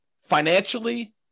financially